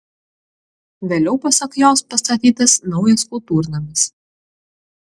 vėliau pasak jos pastatytas naujas kultūrnamis